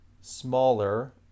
smaller